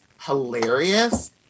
hilarious